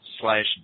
slash